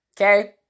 Okay